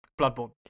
Bloodborne